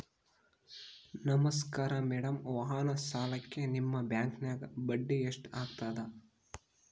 ನಮಸ್ಕಾರ ಮೇಡಂ ವಾಹನ ಸಾಲಕ್ಕೆ ನಿಮ್ಮ ಬ್ಯಾಂಕಿನ್ಯಾಗ ಬಡ್ಡಿ ಎಷ್ಟು ಆಗ್ತದ?